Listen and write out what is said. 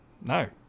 No